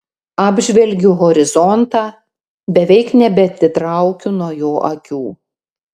apžvelgiu horizontą beveik nebeatitraukiu nuo jo akių